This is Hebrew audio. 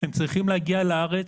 הם צריכים להגיע לארץ,